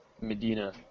Medina